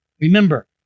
Remember